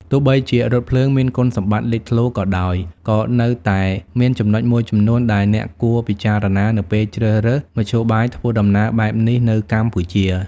ទោះបីជារថភ្លើងមានគុណសម្បត្តិលេចធ្លោក៏ដោយ ក៏នៅតែមានចំណុចមួយចំនួនដែលអ្នកគួរពិចារណានៅពេលជ្រើសរើសមធ្យោបាយធ្វើដំណើរបែបនេះនៅកម្ពុជា។